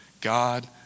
God